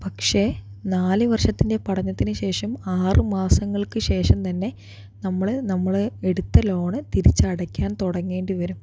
പക്ഷെ നാലുവർഷത്തിൻ്റെ പഠനത്തിനുശേഷം ആറുമാസങ്ങൾക്ക് ശേഷം തന്നെ നമ്മൾ നമ്മൾ എടുത്ത ലോൺ തിരിച്ചടയ്ക്കാൻ തുടങ്ങേണ്ടിവരും